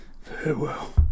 Farewell